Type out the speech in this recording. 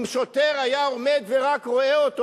אם שוטר היה עומד ורק רואה אותו,